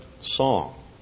song